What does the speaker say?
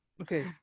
Okay